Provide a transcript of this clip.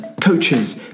coaches